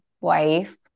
wife